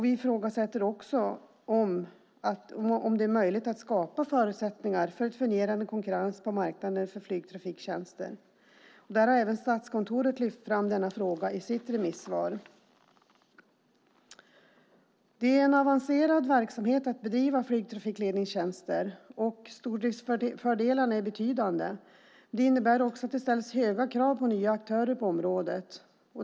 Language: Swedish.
Vi ifrågasätter också möjligheten att skapa förutsättningar för en fungerande konkurrens på marknaden för flygtrafiktjänster. Även Statskontoret har lyft fram denna fråga i sitt remissvar. Det är en avancerad verksamhet att bedriva flygtrafikledningstjänster. Stordriftsfördelarna är betydande. Det innebär också att det ställs höga krav på nya aktörer på området.